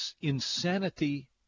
insanity